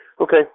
Okay